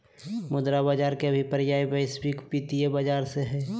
मुद्रा बाज़ार के अभिप्राय वैश्विक वित्तीय बाज़ार से हइ